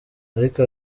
ariko